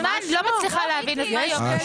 אני לא מצליחה להבין את מה שאני אומרת.